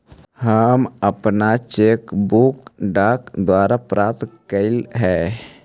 हम अपन cheque book डाक द्वारा प्राप्त कईली हे